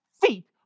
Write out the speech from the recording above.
feet